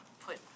put